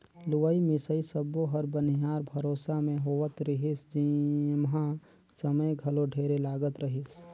लुवई मिंसई सब्बो हर बनिहार भरोसा मे होवत रिहिस जेम्हा समय घलो ढेरे लागत रहीस